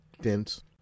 dense